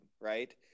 right